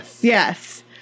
Yes